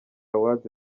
awards